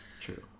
True